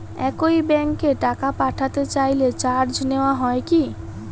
একই ব্যাংকে টাকা পাঠাতে চাইলে চার্জ নেওয়া হয় কি?